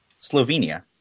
Slovenia